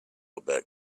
about